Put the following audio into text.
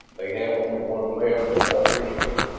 they have only one left and won't risk it.